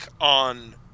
on